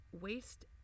waste